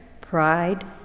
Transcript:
pride